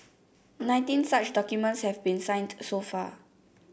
nineteen such documents have been signed so far